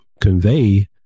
convey